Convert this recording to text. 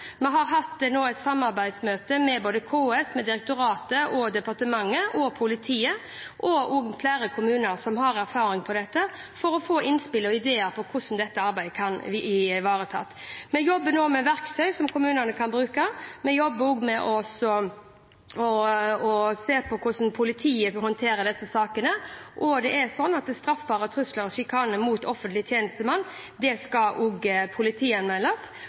Vi har hatt et samarbeidsmøte nå med både KS, direktoratet, departementet, politiet og også flere kommuner som har erfaring med dette, for å få innspill og ideer om hvordan dette arbeidet kan bli ivaretatt. Vi jobber nå med verktøy som kommunene kan bruke. Vi jobber også med å se på hvordan politiet håndterer disse sakene. Straffbare trusler og sjikane mot offentlige tjenestemenn skal